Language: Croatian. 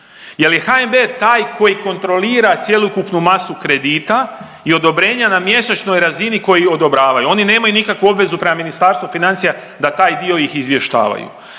jel je HNB taj koji kontrolira cjelokupnu masu kredita i odobrenja na mjesečnoj razini koji odobravaju. Oni nemaju nikakvu obvezu prema Ministarstvu financija da taj dio ih izvještavaju.